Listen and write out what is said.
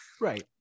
right